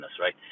right